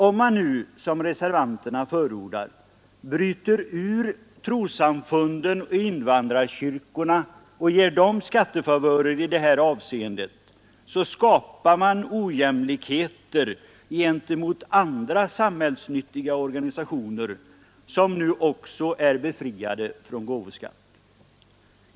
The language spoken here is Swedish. Om man nu, som reservanterna förordar, bryter ut trossamfunden och invandrarkyrkorna och ger dem skattefavörer i det här avseendet så skapar man ojämlikheter gentemot andra samhällsnyttiga organisationer som nu också är befriade från gåvoskatt.